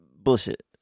Bullshit